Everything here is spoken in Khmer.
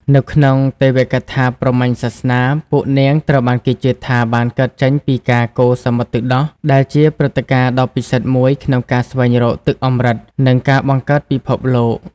នៅក្នុងទេវកថាព្រហ្មញ្ញសាសនា ពួកនាងត្រូវបានគេជឿថាបានកើតចេញពីការ កូរសមុទ្រទឹកដោះ ដែលជាព្រឹត្តិការណ៍ដ៏ពិសិដ្ឋមួយក្នុងការស្វែងរកទឹកអម្រឹត និងការបង្កើតពិភពលោក។